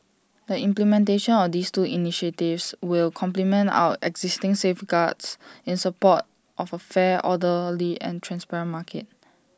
the implementation of these two initiatives will complement our existing safeguards in support of A fair orderly and transparent market